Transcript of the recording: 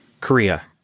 Korea